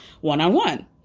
one-on-one